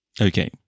Okay